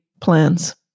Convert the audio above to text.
plans